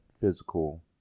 physical